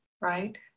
right